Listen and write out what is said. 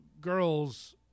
girls